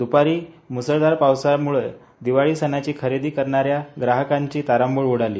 द्पारी म्सळधार पावसाम्ळे दिवाळी सणाची खरेदी करणाऱ्या ग्राहकांची तारांबळ उडाली